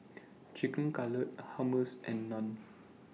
Chicken Cutlet Hummus and Naan